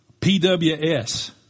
PWS